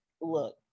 look